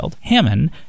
Hammond